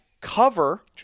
cover